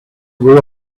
were